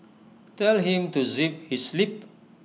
tell him to zip his lip